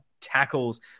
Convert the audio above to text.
tackles